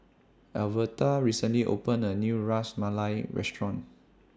Alverta recently opened A New Ras Malai Restaurant